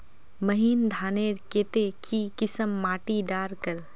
महीन धानेर केते की किसम माटी डार कर?